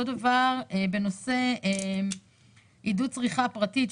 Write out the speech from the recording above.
אותו דבר בנושא עידוד צריכה פרטית.